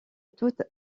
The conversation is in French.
toutes